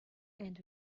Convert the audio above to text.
and